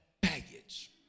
baggage